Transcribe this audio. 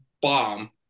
bomb